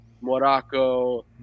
Morocco